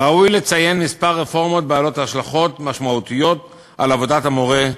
ראוי לציין כמה רפורמות בעלות השלכות משמעותיות על עבודת המורה: